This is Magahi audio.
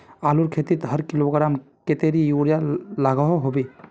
आलूर खेतीत हर किलोग्राम कतेरी यूरिया लागोहो होबे?